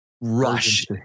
rush